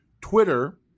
Twitter